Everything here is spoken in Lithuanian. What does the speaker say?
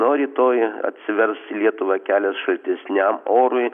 o rytoj atsivers į lietuvą kelias šaltesniam orui